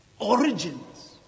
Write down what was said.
Origins